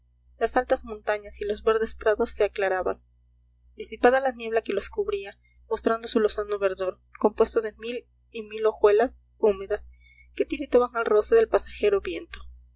las altas montañas y los verdes prados se aclaraban disipada la niebla que los cubría mostrando su lozano verdor compuesto de mil y mil hojuelas húmedas que tiritaban al roce del pasajero viento